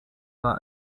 war